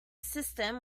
system